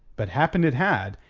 but happened it had,